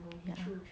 ya